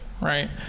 right